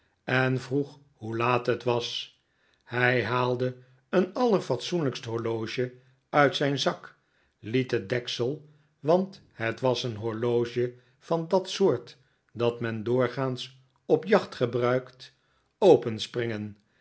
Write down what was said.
en vroeg hoe laat het was hij haalde een allerfatsoenlijkst horloge uit zijn zak liet het deksel want het was een horloge van dat soort dat men doorgaans op jacht gebruikt openspringen